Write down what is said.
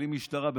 בלי משטרה,